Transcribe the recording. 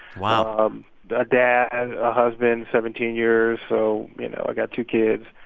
wow um a dad, a husband seventeen years. so you know, i've got two kids.